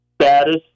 status